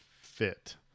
fit